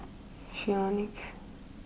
Phoenix